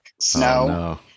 snow